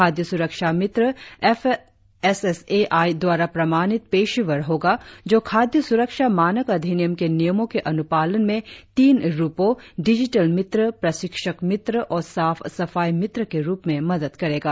खाद्य सुरक्षा मित्र M S S A I द्वारा प्रमाणित पेशेवर होगा जो खाद्य सुरक्षा मानक अधिनियम के नियमों के अनुपालन में तीन रुपों डिजिटल मित्र प्रशिक्षक मित्र और साफ सफाई मित्र के रुप में मदद करेगा